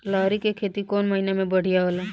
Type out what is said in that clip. लहरी के खेती कौन महीना में बढ़िया होला?